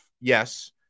Yes